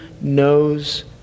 knows